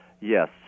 Yes